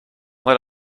let